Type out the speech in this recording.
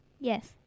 Yes